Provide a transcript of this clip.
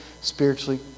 spiritually